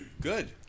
Good